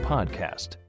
Podcast